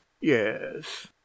yes